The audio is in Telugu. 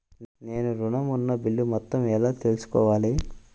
నేను ఋణం ఉన్న బిల్లు మొత్తం ఎలా తెలుసుకోవాలి?